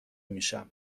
میشم